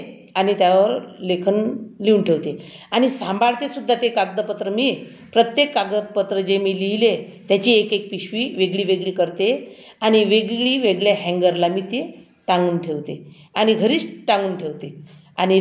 T pot घेते आणि त्यावर लेखन लिहून ठेवते आणि सांभाळते सुद्धा ते कागदपत्र मी प्रत्येक कागद पत्र जे मी लिहिले त्याची एक एक पिशवी वेगळी वेगळी करते आणि वेगळी वेगळ्या हँगरला मी ते टांगून ठेवते आणि घरीच टांगून ठेवते